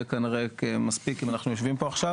כנראה מספיק אם אנחנו יושבים פה עכשיו.